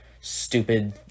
stupid